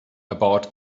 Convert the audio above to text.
about